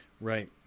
Right